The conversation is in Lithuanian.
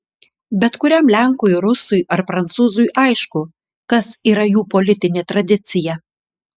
bet kuriam lenkui rusui ar prancūzui aišku kas yra jų politinė tradicija